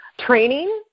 training